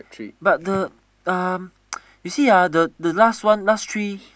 but the um you see ah the the last one last three